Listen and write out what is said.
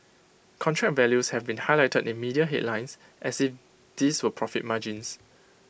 contract values have been highlighted in media headlines as if these were profit margins